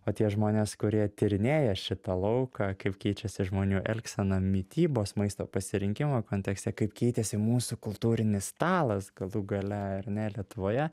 o tie žmonės kurie tyrinėja šitą lauką kaip keičiasi žmonių elgsena mitybos maisto pasirinkimo kontekste kaip keitėsi mūsų kultūrinis stalas galų gale ar ne lietuvoje